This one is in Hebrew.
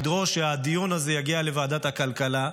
לדרוש שהדיון הזה יגיע לוועדת הכלכלה.